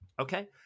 okay